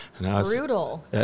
Brutal